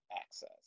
access